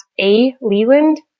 A.Leland